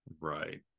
Right